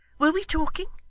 were we talking?